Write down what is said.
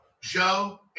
Joe